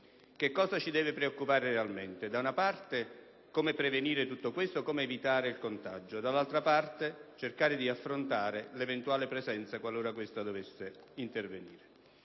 Che cosa ci deve preoccupare realmente? Da una parte, come prevenire tutto questo e come evitare il contagio; dall'altra, cercare di affrontare l'eventuale presenza qualora questa dovesse intervenire.